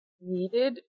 needed